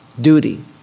duty